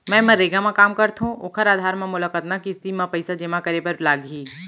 मैं मनरेगा म काम करथो, ओखर आधार म मोला कतना किस्ती म पइसा जेमा करे बर लागही?